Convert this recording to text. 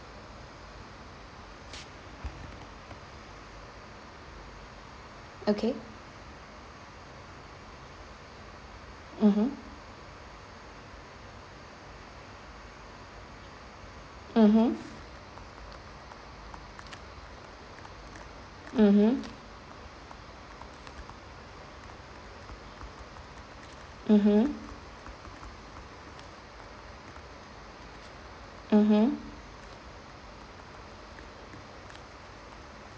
okay mmhmm mmhmm mmhmm mmhmm mmhmm